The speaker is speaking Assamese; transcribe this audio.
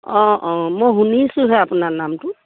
অঁ অঁ মই শুনিছোঁহে আপোনাৰ নামটো